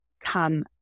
come